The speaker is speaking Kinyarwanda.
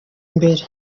imbere